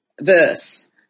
verse